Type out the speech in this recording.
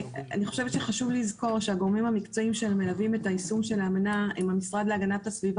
כל המשתתפים והשומעים רשאים לשלוח